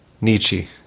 Nietzsche